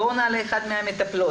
בואו נעלה אחת מהמטפלות.